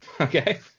Okay